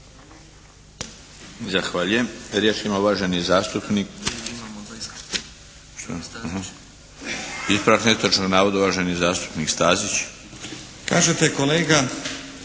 Zahvaljujem. Riječ ima uvaženi zastupnik. Ispravak netočnog navoda, uvaženi zastupnik Stazić. **Stazić,